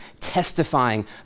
testifying